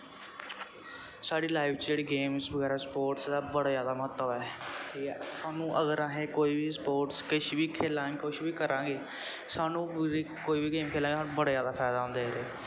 साढ़ी लाईफ च जेह्ड़ी गेम्स वगैरा स्पोर्ट्स दा बड़ा जादा महत्व ऐ ठीक ऐ साह्नू अगर असें कोई बी स्पोर्ट्स किश बी खेला ने कुश वी करां गे साह्नू कोई बी गेम खेला गे साह्नूं बड़ा जैदा फायदा होंदा